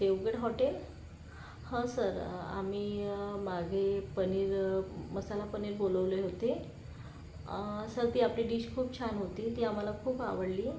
Devgad hotel हां sir आम्ही मागे पनीर मसाला पनीर बोलवले होते सर ती आपली डिश खूप छान होती ती आम्हाला खूप आवडली